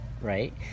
right